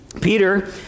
Peter